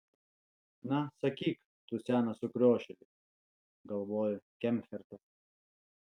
na sakyk tu senas sukriošėli galvojo kemfertas